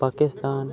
Pakistan